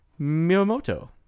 Miyamoto